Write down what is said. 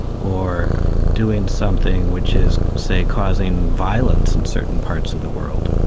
or doing something which is, say, causing violence in certain parts of the world.